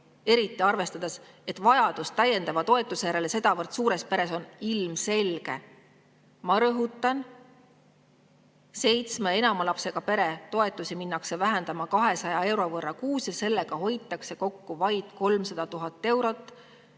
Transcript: Eriti arvestades, et vajadus täiendava toetuse järele sedavõrd suures peres on ilmselge. Ma rõhutan: seitsme ja enama lapsega pere toetusi minnakse vähendama 200 euro võrra kuus ja sellega hoitakse kokku vaid 300 000 eurot.